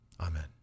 Amen